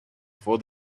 for